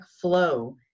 flow